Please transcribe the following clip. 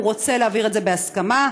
הוא רוצה להעביר את זה בהסכמה.